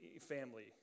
family